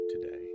today